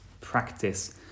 practice